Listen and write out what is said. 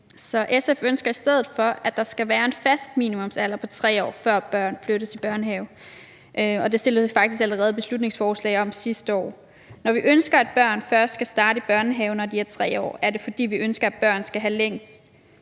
SF ønsker i stedet for, at der skal være en fast minimumsalder på 3 år, før børn flyttes i børnehave. Det fremsatte vi faktisk allerede et beslutningsforslag om sidste år. Når vi ønsker, at børn først skal starte i børnehave, når de er 3 år, er det, fordi vi ønsker, at børn skal have glæde